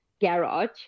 garage